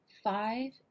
five